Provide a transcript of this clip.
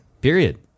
Period